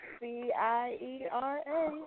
C-I-E-R-A